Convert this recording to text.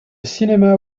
cinema